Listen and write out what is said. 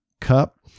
cup